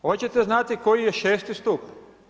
Hoćete znati koji je 6.-ti stup?